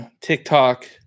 tiktok